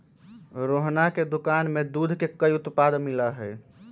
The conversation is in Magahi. रोहना के दुकान में दूध के कई उत्पाद मिला हई